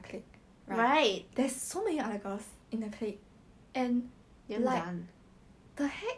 it was towards the end like he wait six hours already then after six hours cliff ask him to come up then he came up